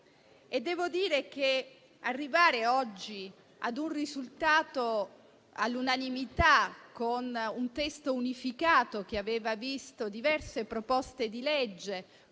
oncologico. Arrivare oggi ad un risultato all'unanimità, con un testo unificato che aveva visto diverse proposte di legge,